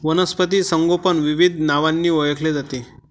वनस्पती संगोपन विविध नावांनी ओळखले जाते